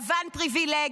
לבן פריבילג,